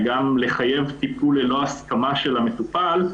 גם לחייב טיפול ללא הסכמה של המטופל,